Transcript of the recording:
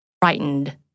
frightened